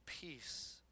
peace